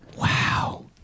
Wow